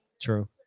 True